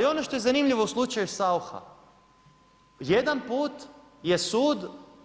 Ali ono što je zanimljivo u slučaju Saucha, jedan put je sud